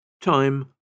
Time